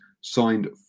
signed